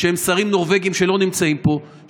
שהם שרים נורבגים שלא נמצאים פה,